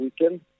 weekend